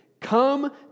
Come